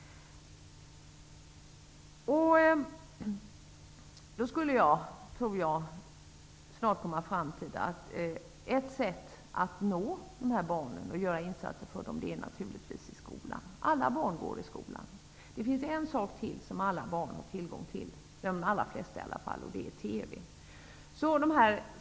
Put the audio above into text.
Jag tror att jag snart skulle komma fram till, att ett sätt att nå dessa barn och göra insatser för dem är att gå via skolan. Alla barn går i skola. Det finns en sak till som alla barn, i varje fall de alla flesta, har tillgång till, och det är TV.